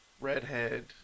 redhead